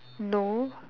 no